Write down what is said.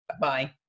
Bye